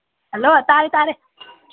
hello ꯇꯥꯔꯦ ꯇꯥꯔꯦ